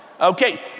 Okay